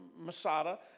Masada